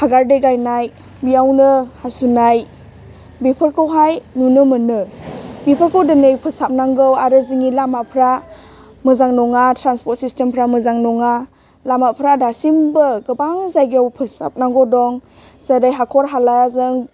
हागादै गारनाय बेयावनो हासुनाय बेफोरखौहाय नुनो मोनो बेफोरखौ दिनै फोसाबनांगौ आरो जोंनि लामापोरा मोजां नङा ट्रान्सप'र्ट सिस्टेमफोरा मोजां नङा लामाफोरा दासिमबो गोबां जायगायाव फोसाबनांगौ दं जेरै हाखर हालाजों